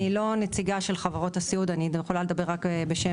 אני לא נציגה של חברות הסיעוד; אני יכולה לדבר רק בשמנו.